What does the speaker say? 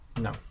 No